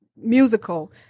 Musical